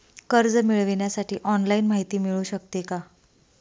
कर्ज मिळविण्यासाठी ऑनलाईन माहिती मिळू शकते का?